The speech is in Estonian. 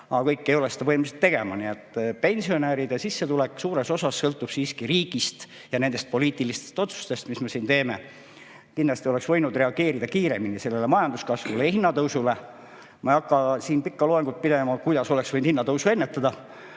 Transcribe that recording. aga kõik ei ole võimelised seda tegema. Nii et pensionäride sissetulek suures osas sõltub siiski riigist ja nendest poliitilistest otsustest, mis me siin teeme. Kindlasti oleks võinud reageerida kiiremini sellele majanduskasvule ja hinnatõusule. Ma ei hakka siin pikka loengut pidama, kuidas oleks võinud hinnatõusu ennetada.